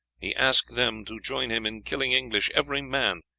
he ask them to join him in killing english, every man,